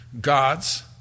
gods